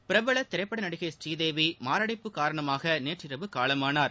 பிரபல திரைப்பட நடிகை ஸ்ரீதேவி மாரடைப்பு காரணமாக நேற்றிரவு காலமானார்